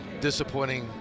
disappointing